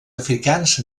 africans